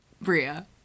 Bria